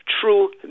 true